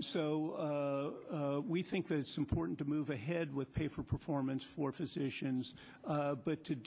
so we think that it's important to move ahead with pay for performance for physicians but to